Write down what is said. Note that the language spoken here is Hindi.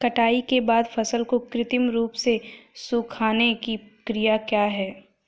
कटाई के बाद फसल को कृत्रिम रूप से सुखाने की क्रिया क्या है?